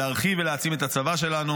להרחיב ולהעצים את הצבא שלנו.